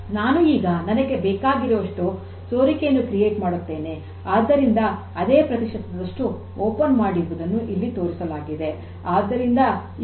ನಾನು ಈಗ ನನಗೆ ಬೇಕಾಗಿರುವಷ್ಟು ಸೋರಿಕೆಯನ್ನು ಸೃಷ್ಟಿ ಮಾಡುತ್ತೇನೆ ಆದ್ದರಿಂದ ಅದೇ ಪ್ರತಿಶತ ದಷ್ಟು ತೆರೆದಿರುವುದನ್ನು ಇಲ್ಲಿ ತೋರಿಸಲಾಗಿದೆ